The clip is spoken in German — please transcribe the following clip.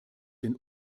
den